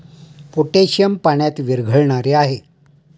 potassium पाण्यात विरघळणारे आहे